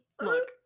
Look